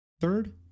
Third